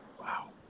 Wow